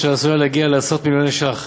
אשר עשויה להגיע לעשרות-מיליוני ש"ח.